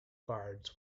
guards